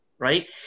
right